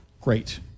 Great